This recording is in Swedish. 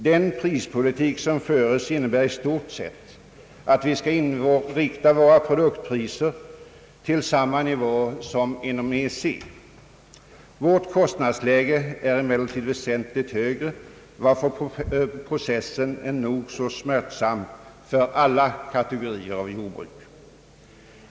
Den prispolitik som föres innebär i stort sett att vi skall inrikta våra produktpriser på samma nivå som inom EEC. Vårt kostnadsläge är emellertid väsentligt högre, varför processen är nog så smärtsam för alla kategorier jordbruk.